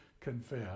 confess